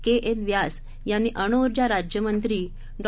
के N Vyas यांनी अणुऊर्जा राज्यमंत्री डॉ